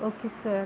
okay sir